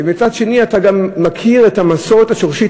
ומצד שני, אתה גם מכיר את המסורת השורשית.